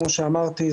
כמו שאמרתי,